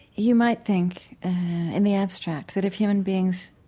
you might think in the abstract that if human beings